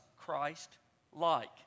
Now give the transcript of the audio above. Christ-like